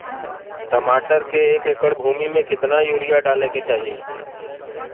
टमाटर के एक एकड़ भूमि मे कितना यूरिया डाले के चाही?